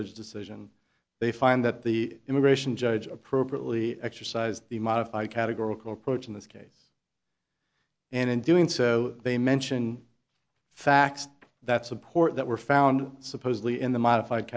judge decision they find that the immigration judge appropriately exercised the modify categorical approach in this case and in doing so they mention facts that support that were found supposedly in the modified